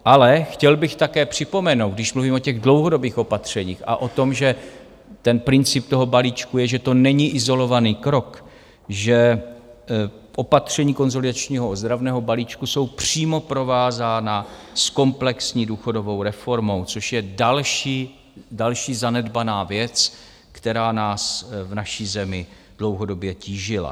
Ale chtěl bych také připomenout, když mluvím o těch dlouhodobých opatřeních a o tom, že principem toho balíčku je, že to není izolovaný krok, že opatření konsolidačního ozdravného balíčku jsou přímo provázána s komplexní důchodovou reformou, což je další zanedbaná věc, která nás v naší zemi dlouhodobě tížila.